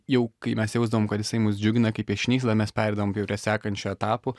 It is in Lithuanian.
jau kai mes jausdavom kad jisai mus džiugina kaip piešinys tada mes pereidavom prie sekančių etapų